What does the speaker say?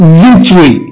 victory